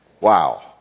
Wow